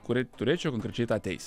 kuri turėčiau konkrečiai tą teisę